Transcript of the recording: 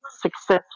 successful